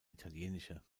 italienische